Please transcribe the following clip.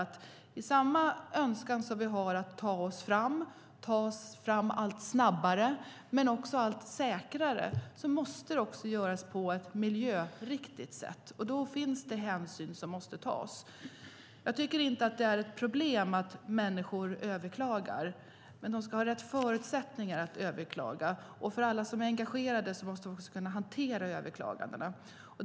Samtidigt som vi har önskan att ta oss fram och ta oss fram allt snabbare och allt säkrare måste det göras på ett miljöriktigt sätt. Det finns hänsyn som måste tas. Jag tycker inte att det är ett problem att människor överklagar. Men de ska ha rätt förutsättningar att överklaga. För alla som är engagerade måste man kunna hantera överklagandena.